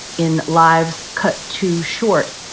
in lives cut too short.